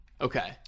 Okay